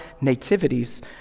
nativities